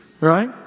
Right